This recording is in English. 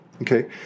okay